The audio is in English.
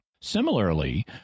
Similarly